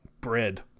bread